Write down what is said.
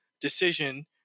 decision